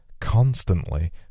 constantly